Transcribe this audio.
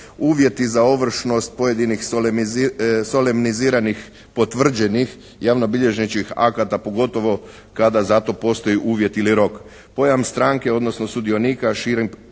uvjeti za ovršnost pojedinih solemniziranih, potvrđenih javnobilježničkih akata pogotovo kada za to postoji uvjet ili rok.